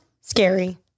scary